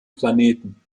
planeten